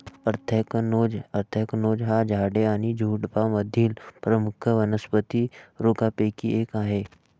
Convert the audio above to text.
anthracnose anthracnose हा झाडे आणि झुडुपांमधील प्रमुख वनस्पती रोगांपैकी एक आहे